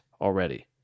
already